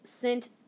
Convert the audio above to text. sent